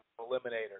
eliminator